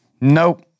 nope